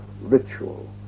Ritual